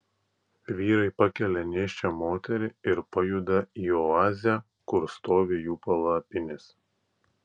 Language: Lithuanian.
vyrai pakelia nėščią moterį ir pajuda į oazę kur stovi jų palapinės